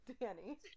danny